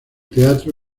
teatro